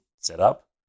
setup